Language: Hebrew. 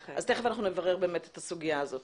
אז תכף אנחנו נברר את הסוגיה זאת.